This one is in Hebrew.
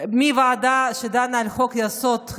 מוועדה שדנה על חוק-יסוד: